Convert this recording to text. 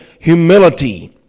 humility